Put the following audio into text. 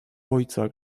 ojca